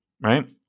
Right